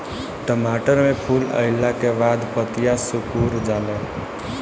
टमाटर में फूल अईला के बाद पतईया सुकुर जाले?